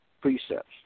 precepts